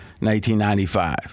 1995